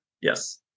Yes